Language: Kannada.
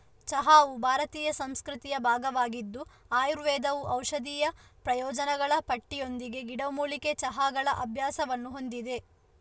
ಚಹಾವು ಭಾರತೀಯ ಸಂಸ್ಕೃತಿಯ ಭಾಗವಾಗಿದ್ದು ಆಯುರ್ವೇದವು ಔಷಧೀಯ ಪ್ರಯೋಜನಗಳ ಪಟ್ಟಿಯೊಂದಿಗೆ ಗಿಡಮೂಲಿಕೆ ಚಹಾಗಳ ಅಭ್ಯಾಸವನ್ನು ಹೊಂದಿದೆ